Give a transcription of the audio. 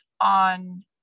on